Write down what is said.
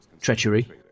treachery